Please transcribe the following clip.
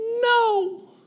No